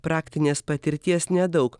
praktinės patirties nedaug